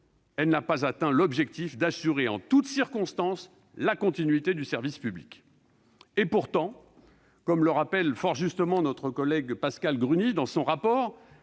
elle n'a pas permis d'atteindre l'objectif d'assurer, en toutes circonstances, la continuité du service public. Pourtant, comme le rappelle fort justement notre collègue Pascale Gruny dans son rapport,